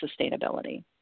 sustainability